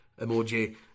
emoji